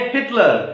Hitler